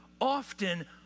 often